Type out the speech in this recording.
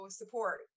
support